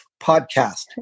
podcast